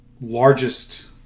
largest